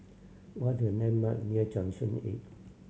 what are the landmark near Junction Eight